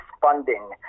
funding